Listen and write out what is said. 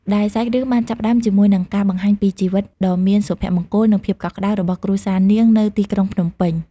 ដែលសាច់រឿងបានចាប់ផ្ដើមជាមួយនឹងការបង្ហាញពីជីវិតដ៏មានសុភមង្គល និងភាពកក់ក្ដៅរបស់គ្រួសារនាងនៅទីក្រុងភ្នំពេញ។